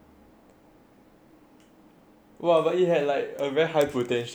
!wah! but you had like a very high potential to be like every week